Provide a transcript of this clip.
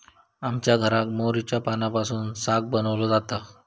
आमच्या घराक मोहरीच्या पानांपासून साग बनवलो जाता